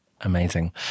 amazing